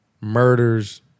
murders